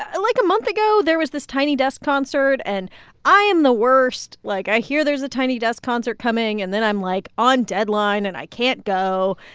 like, a month ago, there was this tiny desk concert, and i am the worst. like, i hear there's a tiny desk concert coming, and then i'm, like, on deadline, and i can't go.